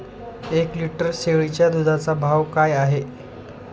एक लिटर शेळीच्या दुधाचा भाव काय आहे?